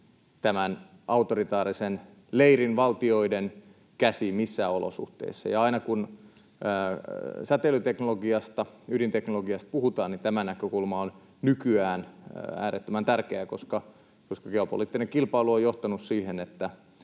tämän autoritaarisen leirin valtioiden käsiin missään olosuhteissa. Ja aina, kun säteilyteknologiasta ja ydinteknologiasta puhutaan, niin tämä näkökulma on nykyään äärettömän tärkeä, koska geopoliittinen kilpailu on johtanut siihen, että